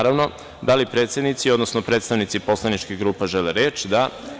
Da li predsednici odnosno predstavnici poslaničkih grupa žele reč? (Da)